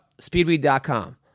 speedweed.com